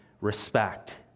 respect